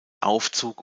aufzug